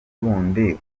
wundi